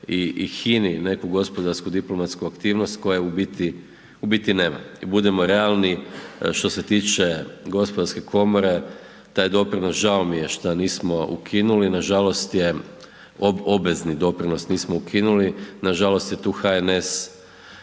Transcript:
i hini neku gospodarsku, diplomatsku aktivnost koje u biti, u biti nema. I budimo realni što se tiče gospodarske komore, taj doprinos žao mi je šta nismo ukinuli, nažalost je obvezni doprinos nismo ukinuli, nažalost je tu HNS